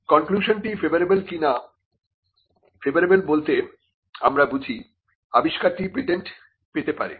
কনক্লিউশনটি favourable কি না favourable বলতে আমরা বুঝি আবিষ্কারটি পেটেন্ট পেতে পারে